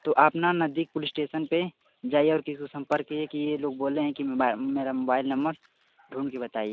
तो आप ना नज़दीक पुलिस स्टेशन पर जाइए और किसीको संपर्क कीजिए की यह लोग बोलें हें की मा म मेरा मोबाईल नमर ढूंढ कर बताइए